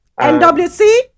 NWC